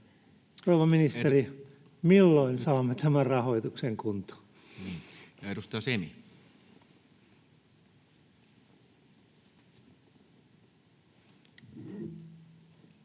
Rouva ministeri, milloin saamme tämän rahoituksen kuntoon? [Speech